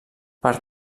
per